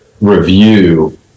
review